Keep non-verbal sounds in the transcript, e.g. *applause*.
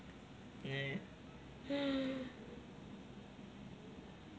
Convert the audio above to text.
meh *breath*